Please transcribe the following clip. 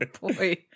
boy